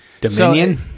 Dominion